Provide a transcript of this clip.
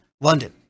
London